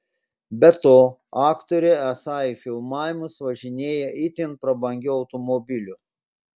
be to aktorė esą į filmavimus važinėja itin prabangiu automobiliu